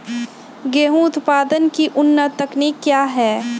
गेंहू उत्पादन की उन्नत तकनीक क्या है?